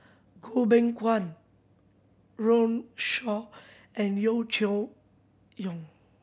Goh Beng Kwan Runme Shaw and Yeo Cheow Yong